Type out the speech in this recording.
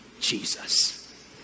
Jesus